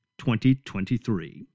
2023